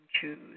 choose